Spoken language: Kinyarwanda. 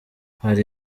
hari